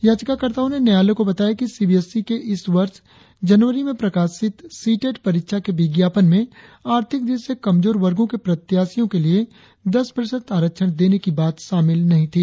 याचिकाकर्ताओं ने न्यायालय को बताया कि सीबीएसई के इस वर्ष जनवरी में प्रकाशित सीटीईटी परीक्षा के विज्ञापन में आर्थिक दृष्टि से कमजोर वर्गों के प्रत्याशियों के लिए दस प्रतिशत आरक्षण देने की बात शामिल नहीं थी